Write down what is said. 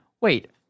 wait